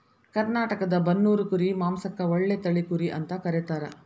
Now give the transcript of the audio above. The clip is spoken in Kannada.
ಕರ್ನಾಟಕದ ಬನ್ನೂರು ಕುರಿ ಮಾಂಸಕ್ಕ ಒಳ್ಳೆ ತಳಿ ಕುರಿ ಅಂತ ಕರೇತಾರ